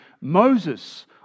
Moses